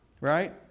right